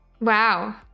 Wow